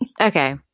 Okay